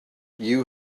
you